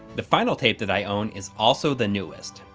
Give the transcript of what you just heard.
the final tape that i own is also the newest.